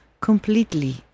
completely